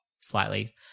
slightly